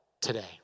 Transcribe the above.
today